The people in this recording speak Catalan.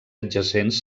adjacents